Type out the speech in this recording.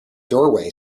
doorway